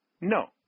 No